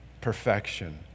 perfection